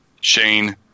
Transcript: Shane